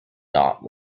not